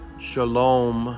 Shalom